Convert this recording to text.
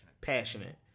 passionate